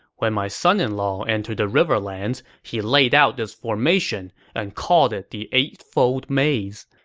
when my son-in-law entered the riverlands, he laid out this formation and called it the eightfold maze.